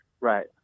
Right